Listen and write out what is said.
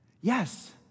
Yes